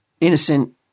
innocent